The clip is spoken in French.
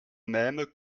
même